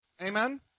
Amen